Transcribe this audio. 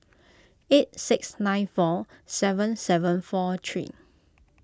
eight six nine four seven seven four three